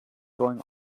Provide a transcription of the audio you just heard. going